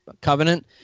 Covenant